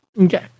Okay